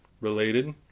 related